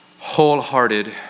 wholehearted